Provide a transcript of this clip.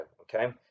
Okay